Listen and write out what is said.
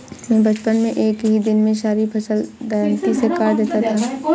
मैं बचपन में एक ही दिन में सारी फसल दरांती से काट देता था